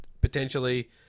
potentially